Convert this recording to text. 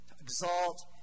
Exalt